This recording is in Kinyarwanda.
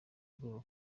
ubwoba